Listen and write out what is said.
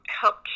help